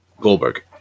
Goldberg